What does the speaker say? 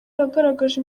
yagaragaje